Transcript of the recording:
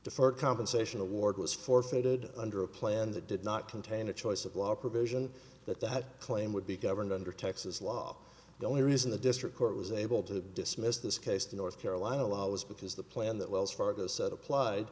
deferred compensation award was forfeited under a plan that did not contain a choice of law provision that that claim would be governed under texas law the only reason the district court was able to dismiss this case to north carolina law was because the plan that wells fargo's set applied